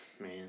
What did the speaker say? man